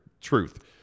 truth